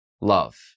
love